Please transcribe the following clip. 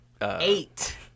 Eight